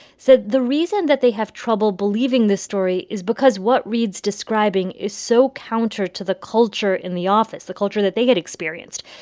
said the reason that they have trouble believing this story is because what reade's describing is so counter to the culture in the office, the culture that they had experienced.